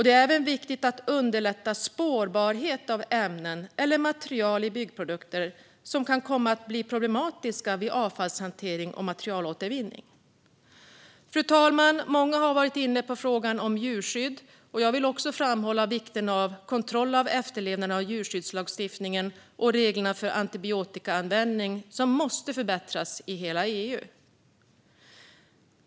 Det är även viktigt att underlätta spårbarheten av ämnen eller material i byggprodukter som kan komma att bli problematiska vid avfallshantering och materialåtervinning. Fru talman! Många har varit inne på frågan om djurskydd. Jag vill också framhålla vikten av kontroll av efterlevnaden av djurskyddslagstiftningen och reglerna för antibiotikaanvändning, som måste förbättras i hela EU.